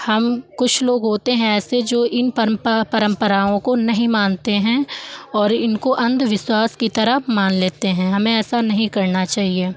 हम कुछ लोग होते हैं ऐसे जो इन परम्पा परम्पराओं को नहीं मानते हैं और इनको अन्धविश्वास की तरह मान लेते हैं हमें ऐसा नहीं करना चाहिए